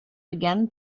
began